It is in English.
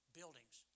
buildings